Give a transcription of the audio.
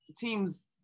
team's